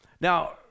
Now